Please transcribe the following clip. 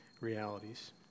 realities